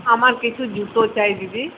আমার কিছু জুতো চাই দিদি